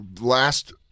Last